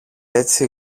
έτσι